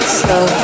Slow